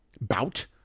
bout